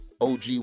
OG